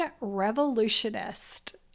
Revolutionist